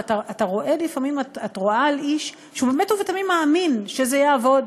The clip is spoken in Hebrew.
ואת רואה על איש שהוא באמת ובתמים מאמין שזה יעבוד.